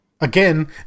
again